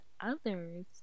others